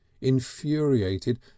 infuriated